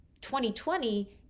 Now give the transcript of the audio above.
2020